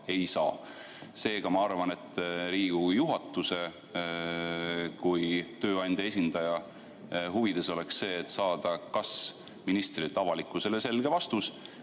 ei saa. Seega ma arvan, et Riigikogu juhatuse kui tööandja esindaja huvides oleks kas saada ministrilt avalikkusele selge vastus